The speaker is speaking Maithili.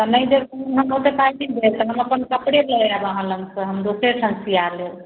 तऽ नहि देब तऽ हम अहाँके ओतेक पाइ नहि देब हम अपन कपड़े लऽ आएब अहाँ लगसँ हम दोसरे ठाम सिआ लेब